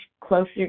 closer